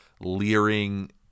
leering